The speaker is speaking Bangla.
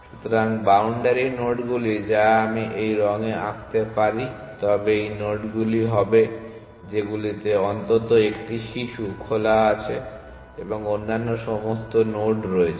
সুতরাং বাউন্ডারি নোডগুলি যা যদি আমি এই রঙে আঁকতে পারি তবে এই নোডগুলি হবে যেগুলিতে অন্তত একটি শিশু খোলা আছে এবং অন্যান্য সমস্ত নোড রয়েছে